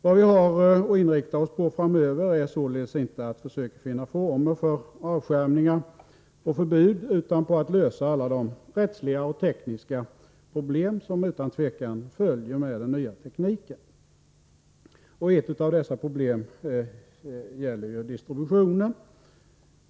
Vad vi har att inrikta oss på framöver är således inte att försöka finna former för avskärmningar och förbud utan att lösa alla de rättsliga och tekniska problem som utan tvekan följer med den nya tekniken. Ett av dessa problem gäller distributionen.